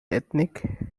ethnic